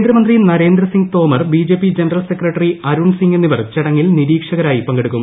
കേന്ദ്രമന്ത്രി Narendra Singh Tomar BJP general secretary Arun Singh എന്നിവർ ചടങ്ങിൽ നിരീക്ഷകരായി പങ്കെടുക്കും